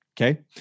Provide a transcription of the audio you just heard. Okay